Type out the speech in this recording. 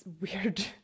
weird